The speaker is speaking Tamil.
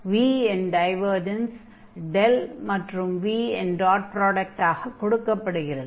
v இன் டைவர்ஜன்ஸ் மற்றும் v இன் டாட் ப்ராடக்டாக கொடுக்கப்படுகிறது